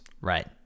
Right